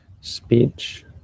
speech